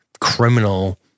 criminal